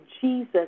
Jesus